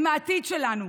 הם העתיד שלנו.